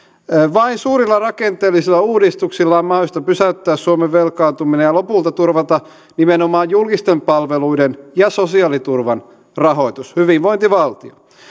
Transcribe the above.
vain suurilla rakenteellisilla uudistuksilla on mahdollista pysäyttää suomen velkaantuminen ja lopulta turvata nimenomaan julkisten palveluiden ja sosiaaliturvan rahoitus hyvinvointivaltio